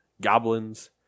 goblins